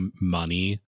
money